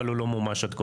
אבל הוא לא מומש עד כה.